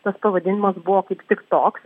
tas pavadinimas buvo kaip tik toks